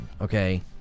Okay